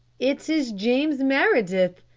it is james meredith,